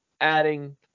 adding